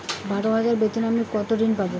বারো হাজার বেতনে আমি কত ঋন পাব?